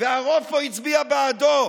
והרוב פה הצביע בעדו,